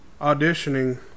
auditioning